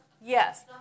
Yes